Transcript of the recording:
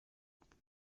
خوشحالم